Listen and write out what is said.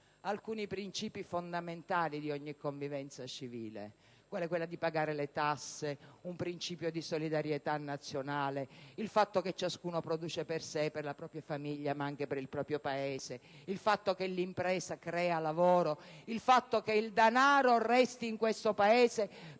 alcuni principi fondamentali di ogni convivenza civile, come quello di pagare le tasse, la solidarietà nazionale, il fatto che ciascuno produce per sé e per la propria famiglia ma anche per il proprio Paese, il fatto che l'impresa crea lavoro, l'esigenza che il denaro resti in questo Paese